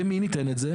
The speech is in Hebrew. למי ניתן את זה?